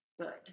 good